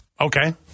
Okay